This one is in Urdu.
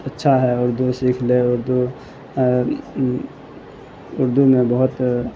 اچھا ہے اردو سیکھ لے اردو اردو میں بہت